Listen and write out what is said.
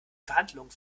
verhandlungen